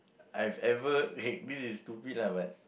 I've ever okay this is stupid lah but